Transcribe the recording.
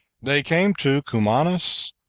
they came to cumanus,